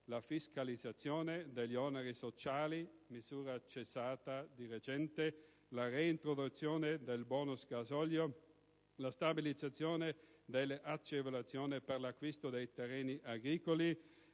la fiscalizzazione degli oneri sociali, misura cessata di recente, la reintroduzione del *bonus* gasolio, la stabilizzazione delle agevolazioni per l'acquisto dei terreni agricoli,